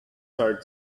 heart